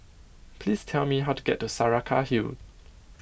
please tell me how to get to Saraca Hill